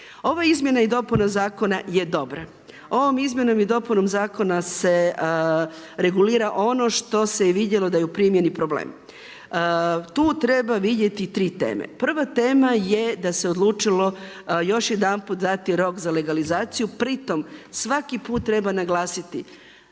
Ova izmjena i dopuna zakona je dobra ovom izmjenom i dopunom zakona se regulira ono što se je vidjelo da je u primjeni problem. Tu treba vidjeti tri teme. Prva tema je da se odlučilo još jedanput dati rok za legalizaciju, pri tom svaki put treba naglasiti